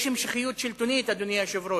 יש המשכיות שלטונית, אדוני היושב-ראש,